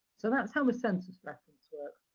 so, that's how a census reference works.